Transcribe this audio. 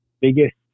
biggest